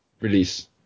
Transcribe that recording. release